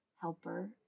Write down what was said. helper